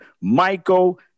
Michael